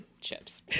chips